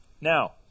Now